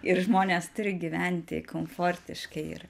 ir žmonės turi gyventi komfortiškai ir